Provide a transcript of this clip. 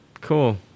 Cool